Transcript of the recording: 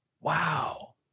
Wow